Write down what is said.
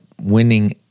winning